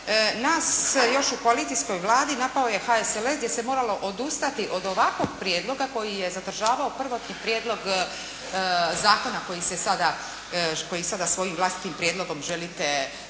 nas još u koalicijskoj Vladi napao je HSLS gdje se moralo odustati od ovakvog prijedloga koji je sadržavao prvotni prijedlog zakona koji sada svojim vlastitim prijedlogom želite promijeniti.